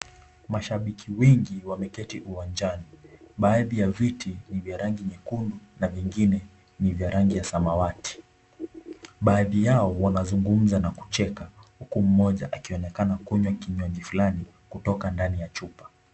Mashabiki wengi wameketi uwanjani, baadhi ya viti ni vya rangi nyekundu na vingine ni vya rangi ya samawati, baadhi yao wanazungumza na kucheka, huku mmoja akionekana kunywa kinywaji fulani kutoka ndani ya chupa.